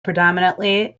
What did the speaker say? predominantly